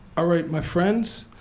all right my friends,